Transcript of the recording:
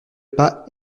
pas